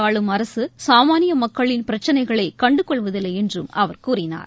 ஆளும் அரசுசாமானியமக்களின் பிரச்சினைகளைகள்டுகொள்வதில்லைஎன்றும் அவர் மக்கியில் கூறினார்